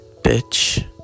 Bitch